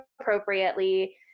appropriately